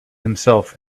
himself